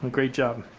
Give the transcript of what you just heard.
great job.